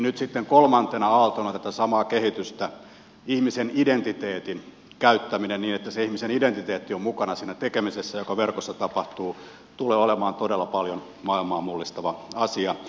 nyt kolmantena aaltona tätä samaa kehitystä on ihmisen identiteetin käyttäminen niin että ihmisen identiteetti on mukana siinä tekemisessä joka verkossa tapahtuu ja se tulee olemaan todella paljon maailmaa mullistava asia